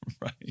Right